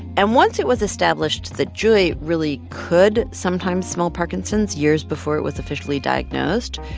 and once it was established that joy really could sometimes smell parkinson's years before it was officially diagnosed,